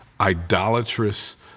idolatrous